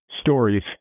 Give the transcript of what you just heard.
stories